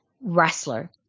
wrestler